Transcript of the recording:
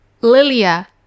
Lilia